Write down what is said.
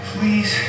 Please